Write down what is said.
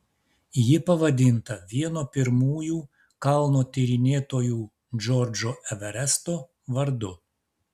ji pavadinta vieno pirmųjų kalno tyrinėtojų džordžo everesto vardu